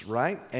right